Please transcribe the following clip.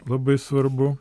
labai svarbu